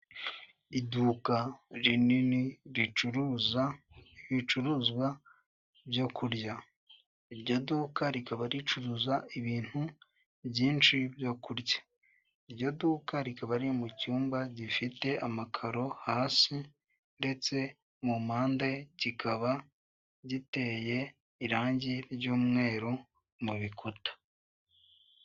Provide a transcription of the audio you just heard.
Iduka rinini ricuruza ibicuruzwa byo kurya iryo duka rikaba ricuruza ibintu byinshi byo kurya, iryo duka rikaba riri mu cyumba gifite amakaro hasi ndetse mu mpande kikaba giteye irange ry'umweru mu bikuta.